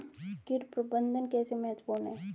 कीट प्रबंधन कैसे महत्वपूर्ण है?